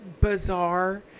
bizarre